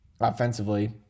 offensively